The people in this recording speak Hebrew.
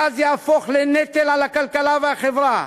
הגז יהפוך לנטל על הכלכלה והחברה,